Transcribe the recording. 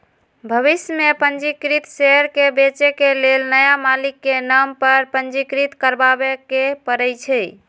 भविष में पंजीकृत शेयर के बेचे के लेल नया मालिक के नाम पर पंजीकृत करबाबेके परै छै